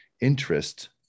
interest